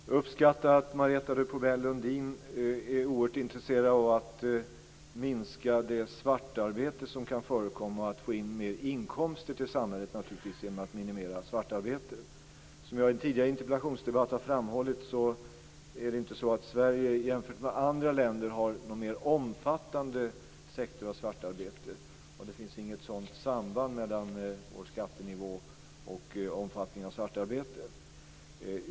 Fru talman! Jag uppskattar att Marietta de Pourbaix-Lundin är oerhört intresserad av att minska det svartarbete som kan förekomma och av att få in mer inkomster till samhället genom att minimera svartarbetet. Som jag i en tidigare interpellationsdebatt har framhållit är det inte så att Sverige har en mer omfattande sektor av svartarbete än andra länder. Det finns inget sådant här samband mellan vår skattenivå och omfattningen av svartarbetet.